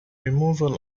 removal